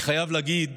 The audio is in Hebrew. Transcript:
אני חייב להגיד,